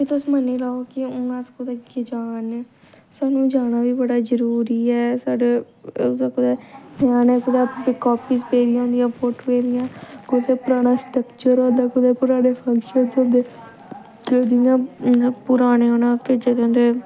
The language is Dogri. तुस मन्नी लेऔ कि हून अस कुतै जा'रने आं सानू जाना बी बड़ी जरूरी ऐ साढ़े कुतै परानी कुतै कापिज पेदियां होंदिया फोटोज दियां कोई बी पराना स्ट्रक्चर होंदा कुदै पराने फंक्शनस होंदे जियां जियां पराने उ'नें भेजे दे होंदे